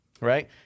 right